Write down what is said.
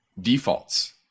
defaults